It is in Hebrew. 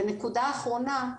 נקודה אחרונה,